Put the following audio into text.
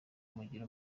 mugire